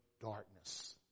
darkness